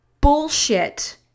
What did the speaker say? bullshit